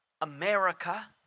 America